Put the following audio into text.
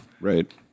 Right